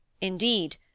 Indeed